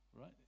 right